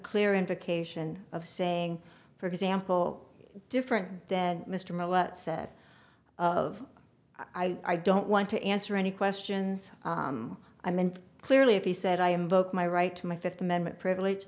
clear indication of saying for example different then mr miller said of i don't want to answer any questions i mean clearly if he said i invoke my right to my fifth amendment privilege